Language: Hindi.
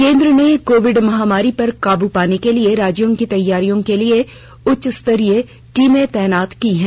केन्द्रने कोविड महामारी पर काबू पाने के लिए राज्यों की तैयारियों के लिए उच्च स्तरीयटीमें तैनात की हैं